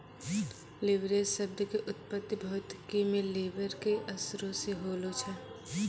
leverage शब्द के उत्पत्ति भौतिकी मे लिवर के असरो से होलो छै